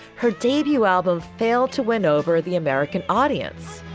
her debut album failed to win over the american audience.